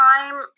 time